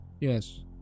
Yes